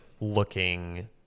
looking